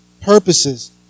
purposes